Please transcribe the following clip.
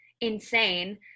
insane